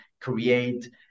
create